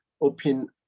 open